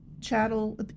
chattel